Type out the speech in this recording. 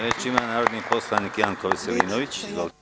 Reč ima narodni poslanik Janko Veselinović.